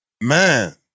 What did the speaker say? Man